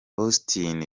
austin